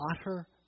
utter